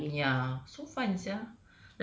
mm so fun sia